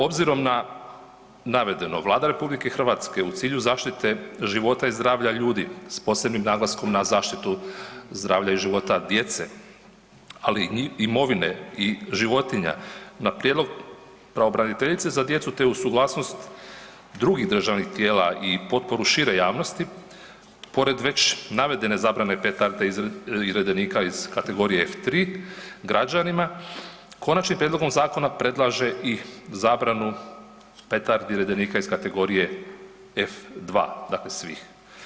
Obzirom na navedeno Vlada RH u cilju zaštite života i zdravlja ljudi, s posebnim naglaskom na zaštitu zdravlja i života djece, ali i imovine i životinja, na prijedlog pravobraniteljice za djecu, te uz suglasnost drugih državnih tijela i potporu šire javnosti, pored već navedene zabrane petarde i redenika iz kategorije F3 građanima konačnim prijedlogom zakona predlaže i zabranu petardi i redenika iz kategorije F2, dakle svih.